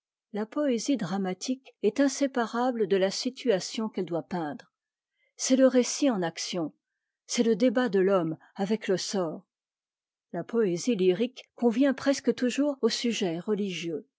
la poésie dramatique est inséparable de la situation qu'elle doit peindre c'est le récit en action c'est le débat de l'homme avec le sort la poésie lyrique convient presque toujours aux sujets religieux